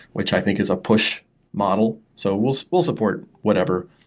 which i think is a push model. so we'll so we'll support whatever.